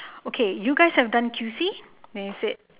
okay you guys have done Q_C then I said